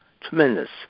Tremendous